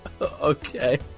Okay